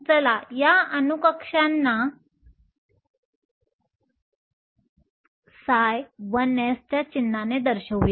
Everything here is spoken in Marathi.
चला या अणू कक्षांना ψ1s च्या चिन्हाने दर्शवूया